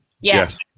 Yes